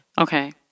Okay